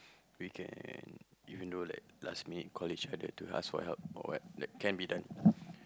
we can even though like last min call each other to ask for help or what can be done